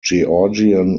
georgian